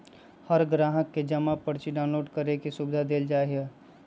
हर ग्राहक के जमा पर्ची डाउनलोड करे के सुविधा देवल जा हई